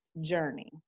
journey